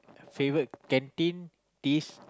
favourite canteen dish